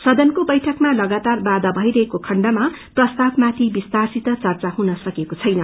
सदनका बैठकमा लगातार बाधा आइरहेको खण्डमा प्रस्तावमाथि विस्तारसित चर्चा भएको छैन